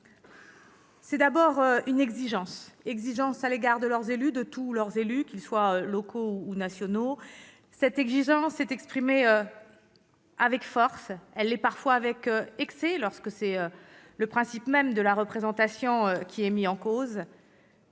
c'est une exigence à l'égard de leurs élus, de tous leurs élus, qu'ils soient locaux ou nationaux. Cette exigence est exprimée avec force. Elle l'est parfois avec excès, lorsque c'est le principe même de la représentation qui est mis en cause.